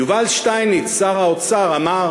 יובל שטייניץ, שר האוצר, אמר